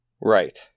Right